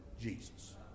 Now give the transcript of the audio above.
Jesus